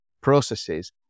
processes